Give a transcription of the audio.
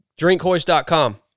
drinkhoist.com